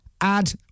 add